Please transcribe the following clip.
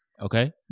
Okay